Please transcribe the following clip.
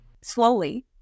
Slowly